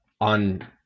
on